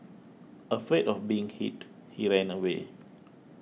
afraid of being hit he ran away